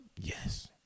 Yes